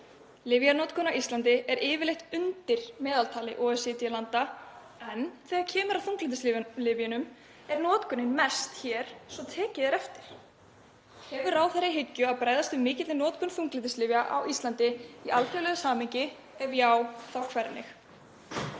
Lyfjanotkun á Íslandi er yfirleitt undir meðaltali OECD-landa en þegar kemur að þunglyndislyfjunum er notkunin mest hér svo tekið er eftir. Hefur ráðherra í hyggju að bregðast við mikilli notkun þunglyndislyfja á Íslandi í alþjóðlegu samhengi? Ef já, þá hvernig?